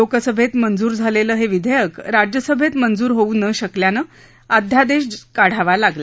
लोकसभेत मंजूर झालेलं हे विधेयक राज्यसभेत मंजूर होऊ न शकल्यानं अध्यादेश काढावा लागला